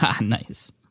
Nice